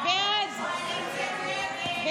הסתייגות 610 לא נתקבלה.